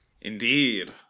Indeed